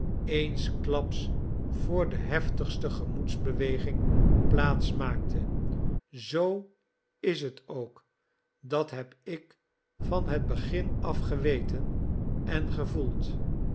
eensklaps voor de heftigste gemoedsbeweging plaats maakte zoo is het ook dat heb ik van het begin af geweten en gevoeld